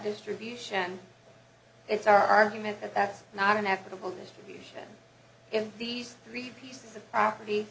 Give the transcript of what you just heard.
distribution it's argument that that's not an equitable distribution in these three pieces of property